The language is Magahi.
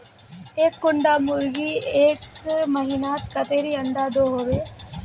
एक कुंडा मुर्गी एक महीनात कतेरी अंडा दो होबे?